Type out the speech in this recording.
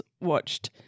watched –